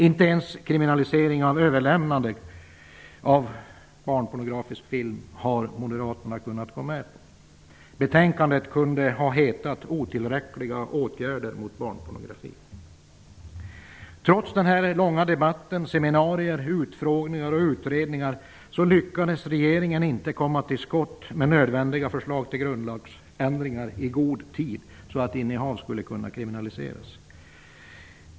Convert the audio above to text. Inte ens kriminalisering av överlämnande av barnpornografisk film har moderaterna kunnat gå med på. Betänkandet kunde ha hetat Otillräckliga åtgärder mot barnpornografi. Trots den långa debatten, seminarier, utfrågningar och utredningar lyckades regeringen inte komma till skott med nödvändiga förslag till grundlagsändringar i så god tid att innehav skulle kunna kriminaliseras.